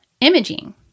imaging